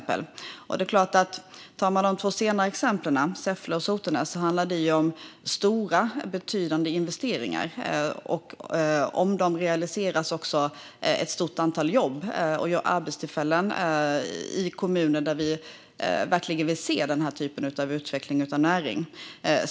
På just dessa platser handlar det om stora och betydande investeringar. Om de realiseras innebär det också ett stort antal jobb. Det skulle ge arbetstillfällen i kommuner där vi verkligen vill se en sådan utveckling av en näring.